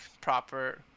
proper